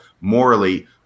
morally